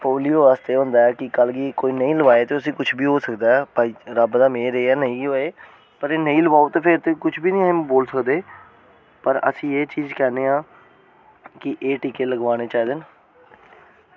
polio आस्तै होंदा की कल्ल गी कोई नेईं लोआयै ते उसी कुछ बी होई सकदा ऐ भई रब दा मैह्र ऐ की नेईं गै होऐ पर एह् नेईं लोआओ ते फिर कुछ बी नेईं बोली सकदे पर असी एह् चीज़ कैह्ने आं कि एह् टीके लगवाने चाहिदे न